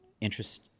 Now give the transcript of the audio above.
interest